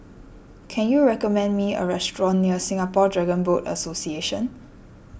can you recommend me a restaurant near Singapore Dragon Boat Association